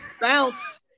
bounce